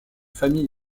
familles